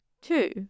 Two